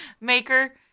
maker